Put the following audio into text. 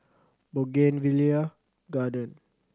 Bougainvillea Garden